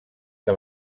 què